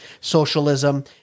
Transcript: socialism